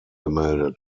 gemeldet